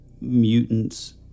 mutants